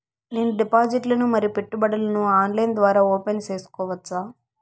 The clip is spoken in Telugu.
నేను డిపాజిట్లు ను మరియు పెట్టుబడులను ఆన్లైన్ ద్వారా ఓపెన్ సేసుకోవచ్చా?